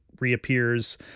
reappears